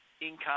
income